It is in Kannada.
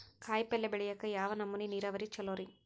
ಕಾಯಿಪಲ್ಯ ಬೆಳಿಯಾಕ ಯಾವ ನಮೂನಿ ನೇರಾವರಿ ಛಲೋ ರಿ?